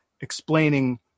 explaining